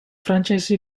franchise